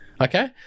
Okay